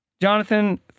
Jonathan